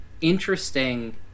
interesting